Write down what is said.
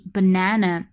Banana